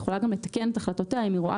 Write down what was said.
יכולה גם לתקן את החלטותיה אם היא רואה